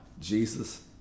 Jesus